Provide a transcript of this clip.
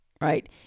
right